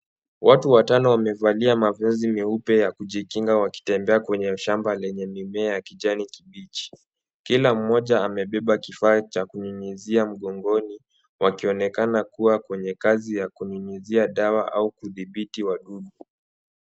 Watu watano wamevalia mavazi meupe ya kujikinga wakitembea kwenye shamba lenye mimea ya kijani kibichi. Kila mmoja amebeba kifaa cha kunyunyizia mgongoni, wakionekana kuwa kwenye kazi ya kunyunyizia dawa au kudhibiti wadudu.